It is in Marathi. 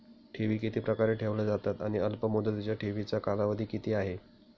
ठेवी किती प्रकारे ठेवल्या जातात आणि अल्पमुदतीच्या ठेवीचा कालावधी किती आहे?